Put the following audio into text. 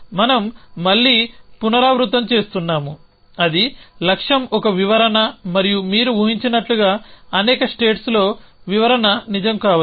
మనం మళ్లీ పునరావృతం చేస్తున్నాము అది లక్ష్యం ఒక వివరణ మరియు మీరు ఊహించినట్లుగా అనేక స్టేట్స్ లో వివరణ నిజం కావచ్చు